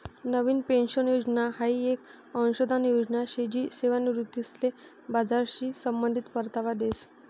नवीन pension योजना हाई येक अंशदान योजना शे जी सेवानिवृत्तीसले बजारशी संबंधित परतावा देस